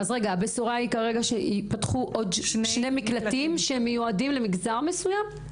הבשורה היא שייפתחו עוד שני מקלטים שיהיו מיועדים למגזר מסוים?